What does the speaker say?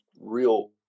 real